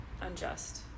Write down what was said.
unjust